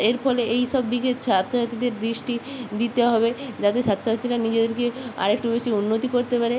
এর ফলে এই সব দিকে ছাত্র ছাত্রীদের দৃষ্টি দিতে হবে যাতে ছাত্র ছাত্রীরা নিজেদেরকে আরেকটু বেশি উন্নতি করতে পারে